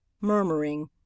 murmuring